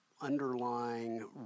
underlying